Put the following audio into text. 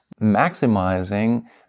maximizing